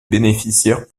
bénéficiaires